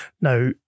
Now